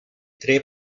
tre